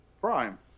Prime